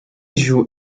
joue